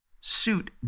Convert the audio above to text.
suit